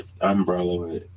umbrella